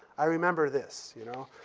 i remember this, you know.